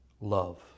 love